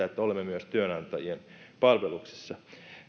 että olemme myös työnantajien palveluksessa